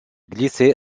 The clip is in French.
glisser